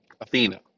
Athena